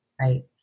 Right